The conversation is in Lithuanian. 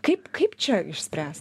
kaip kaip čia išspręst